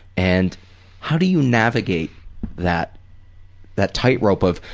and how do you navigate that that tightrope of,